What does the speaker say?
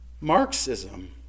Marxism